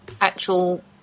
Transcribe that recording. actual